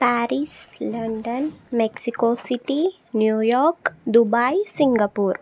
Paris London Mexico city New York Dubai Singapore